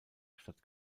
statt